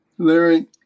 Larry